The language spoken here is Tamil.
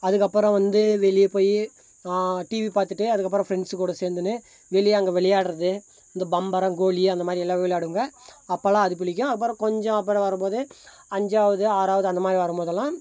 அதுக்கப்புறம் வந்து வெளியே போய் டிவி பார்த்துட்டு அதுக்கப்புறம் ஃப்ரெண்ட்ஸ் கூட சேர்ந்துன்னு வெளியே அங்கே விளையாடுறது இந்த பம்பரம் கோலி அந்த மாதிரியெல்லாம் விளையாடுவோம்ங்க அப்போல்லாம் அது பிடிக்கும் அப்புறம் கொஞ்சம் அப்புறம் வரும்போது அஞ்சாவது ஆறாவது அந்த மாதிரி வரும்போதெல்லாம்